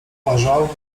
uważał